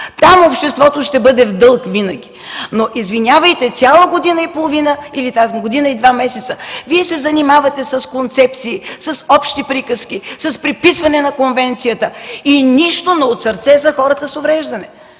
Там обществото ще бъде в дълг винаги. Но, извинявайте, цяла година и половина или година и два месеца Вие се занимавате с концепции, с общи приказки, с преписване на конвенцията и нищо, но от сърце за хората с увреждане.